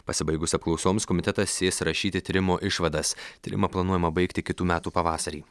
pasibaigus apklausoms komitetas sės rašyti tyrimo išvadas tyrimą planuojama baigti kitų metų pavasarį